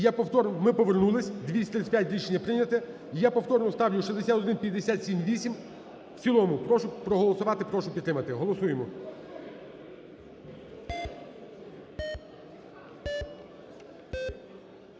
Ми повернулись, 235, рішення прийняте. Я повторно ставлю 6157-8 в цілому, прошу проголосувати, прошу підтримати. Голосуємо.